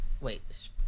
wait